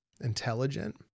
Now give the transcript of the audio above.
intelligent